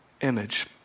image